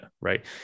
right